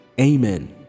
Amen